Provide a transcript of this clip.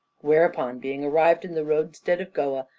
whereupon, being arrived in the roadstead of goa,